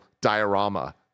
diorama